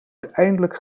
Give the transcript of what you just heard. uiteindelijk